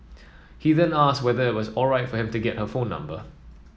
he then asked whether it was alright for him to get her phone number